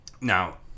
Now